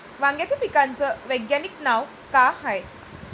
वांग्याच्या पिकाचं वैज्ञानिक नाव का हाये?